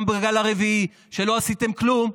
גם בגל הרביעי שלא עשיתם כלום.